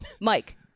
Mike